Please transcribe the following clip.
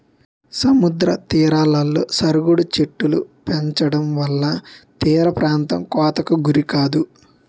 సముద్ర తీరాలలో సరుగుడు చెట్టులు పెంచడంవల్ల తీరప్రాంతం కోతకు గురికాదు